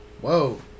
Whoa